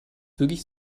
wirklich